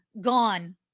gone